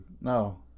No